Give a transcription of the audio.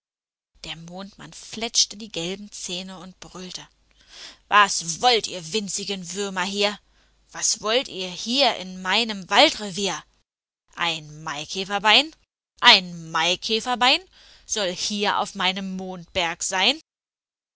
der mondmann fletschte die gelben zähne und brüllte was wollt ihr winzigen würmer hier was wollt ihr in meinem waldrevier ein maikäferbein ein maikäferbein soll hier auf meinem mondberg sein